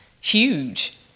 huge